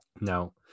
Now